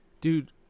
dude